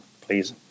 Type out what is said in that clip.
please